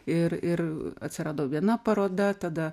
ir ir atsirado viena paroda tada